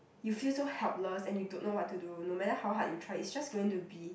you feel so helpless and you don't know what to do no matter how hard you try it's just going to be